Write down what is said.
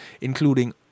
including